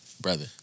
brother